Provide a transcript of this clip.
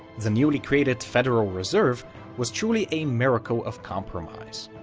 the newly created federal reserve was truly a miracle of compromise.